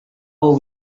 will